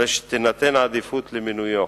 הרי שתינתן עדיפות למינויו.